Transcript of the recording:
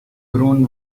grown